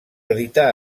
editar